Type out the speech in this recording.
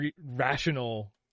rational